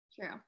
True